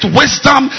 wisdom